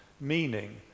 meaning